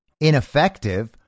ineffective